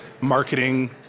marketing